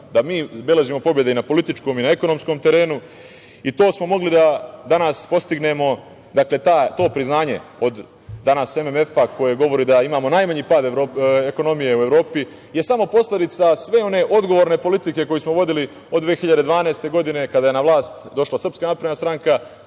da mi beležimo pobede i na političkom i na ekonomskom terenu. To smo mogli da danas postignemo, to priznanje od MMF-a, koji govori da imamo najmanji pad ekonomije u Evropi, je samo posledica one odgovorne politike koju smo vodili od 2012. godine, kada je na vlast došla SNS, naš predsednik